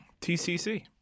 TCC